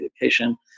education